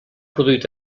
produït